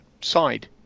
side